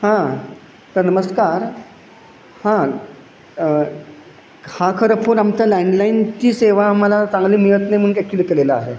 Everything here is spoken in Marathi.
हां सर नमस्कार हां हा खरं फोन आमच्या लँडलाईनची सेवा आम्हाला चांगली मिळत नाही म्हणून क ॲक्च्युली केलेला आहे